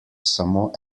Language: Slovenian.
samo